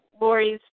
Lori's